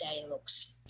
dialogues